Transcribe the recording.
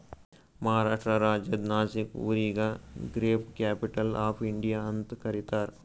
ಮಹಾರಾಷ್ಟ್ರ ರಾಜ್ಯದ್ ನಾಶಿಕ್ ಊರಿಗ grape capital of India ಅಂತ್ ಕರಿತಾರ್